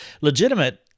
legitimate